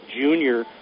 junior